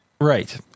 Right